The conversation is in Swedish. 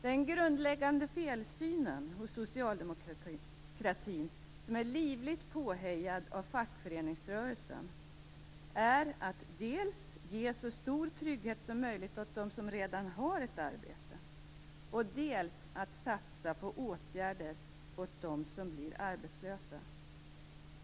Den grundläggande felsynen hos socialdemokratin, livligt påhejad av fackföreningsrörelsen, är att dels ge så stor trygghet som möjligt åt dem som redan har ett arbete, dels att satsa på åtgärder åt dem som blir arbetslösa.